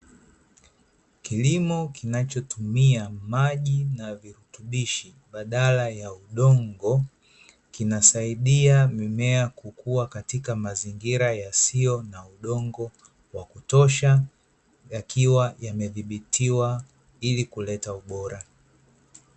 Kilimo kinachotumia maji na virutubishi badala ya udongo, kinasaidia mimea kukua katika mazingira yasiyo na udongo wa kutosha, yakiwa yamedhibitiwa ili kuleta ubora.